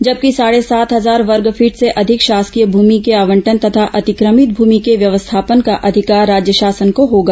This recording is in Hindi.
जबकि साढ़े सात हजार वर्गफीट से अधिक शासकीय भूमि के आवंटन तथा अतिक्रमित भूमि के व्यवस्थापन का अधिकार राज्य शासन को होगा